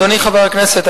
אדוני חבר הכנסת,